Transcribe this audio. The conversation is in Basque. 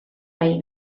bai